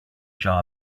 job